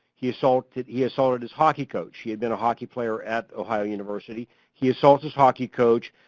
he assaulted he assaulted his hockey coach. he'd been a hockey player at ohio university. he assaults his hockey coach,